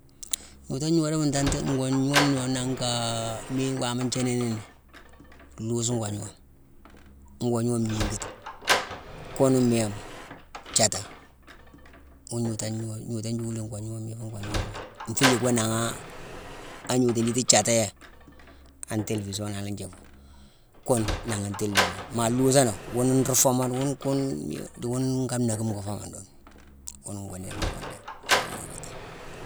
Gnootu gnoodoma ntanta-ngo gnoome ni gnoome nangh kaa miine, wama nthiini ni né: nlhuusuma ngwa gnoome, ngo gnoome ngningiti, kune, méému, jaata, wune gnootone gnootone yeuwu la ngo gnoome yooma ngo gnoome ni. Nfuu yick go nangha nditi jaaté yé. An telvizon nanghna njiick fo. Kune, nangha telvizon. Maa lhuusoonowu, wune nruu foomane, wune-kune-di wune nka nnaakine ngo foomane di wune. Wune ngo néérine di wune dé, soobé nnhérine rééti